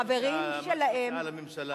החברים שלהם, מה את מציעה לממשלה?